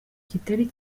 kitari